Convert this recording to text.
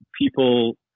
people